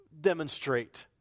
demonstrate